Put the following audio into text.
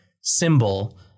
symbol